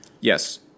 Yes